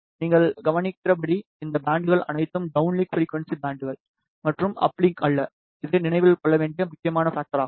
நீங்கள் கவனிக்கிறபடி இந்த பேண்ட்கள் அனைத்தும் டவுன்லிங்க் ஃபிரிக்குவன்ஸி பேண்ட்கள் மற்றும் அப்லிங்க் அல்ல இது நினைவில் கொள்ள வேண்டிய முக்கியமான பாக்டர் ஆகும்